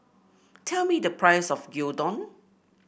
tell me the price of Gyudon